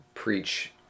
preach